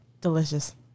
Delicious